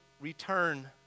return